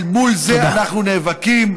אל מול זה אנחנו נאבקים,